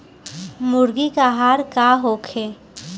मुर्गी के आहार का होखे?